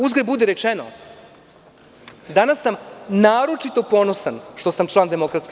Uzgred budi rečeno, danas sam naročito ponosan što sam član DS.